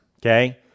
okay